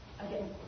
again